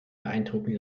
beeindrucken